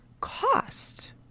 cost